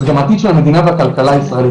זה גם העתיד של המדינה והכלכלה הישראלית,